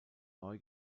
neu